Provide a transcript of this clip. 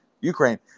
Ukraine